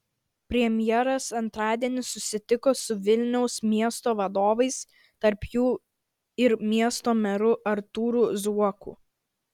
premjeras antradienį susitiko su vilniaus miesto vadovais tarp jų ir miesto meru artūru zuoku